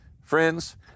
Friends